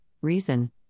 Reason